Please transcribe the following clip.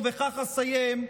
ובכך אסיים,